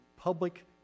public